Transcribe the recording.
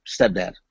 stepdad